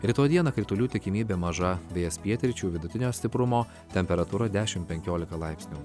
rytoj dieną kritulių tikimybė maža vėjas pietryčių vidutinio stiprumo temperatūra dešim penkiolika laipsnių